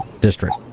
district